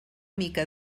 mica